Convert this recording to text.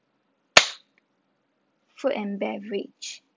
food and beverage